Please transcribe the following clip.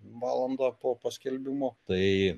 valandą po paskelbimo tai